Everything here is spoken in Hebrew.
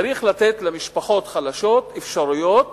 צריך לתת למשפחות חלשות אפשרויות